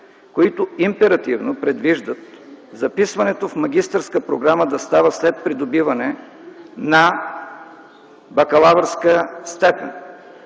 които императивно предвиждат записването в магистърска програма да става след придобиване на бакалавърска степен.